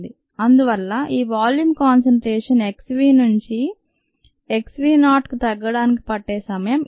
అందువల్ల ఈ volume concentration x v నుంచి x v కు తగ్గటానికి పట్టే సమయం ఈ డివిజన్